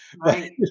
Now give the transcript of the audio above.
Right